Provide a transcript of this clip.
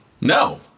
No